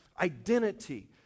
identity